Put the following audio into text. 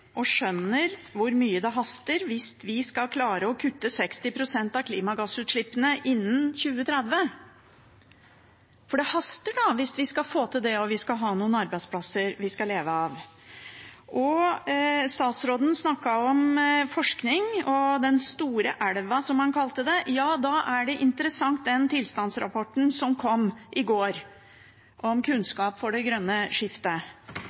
og skjønner hvor mye det haster, hvis vi skal klare å kutte 60 pst. av klimagassutslippene innen 2030. Det haster hvis vi skal få til det, og ha noen arbeidsplasser vi skal leve av. Statsråden snakket om forskning og den «store elven», som han kalte det. Ja, da er den interessant, den tilstandsrapporten som kom i går, Kunnskap for det grønne skiftet,